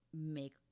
make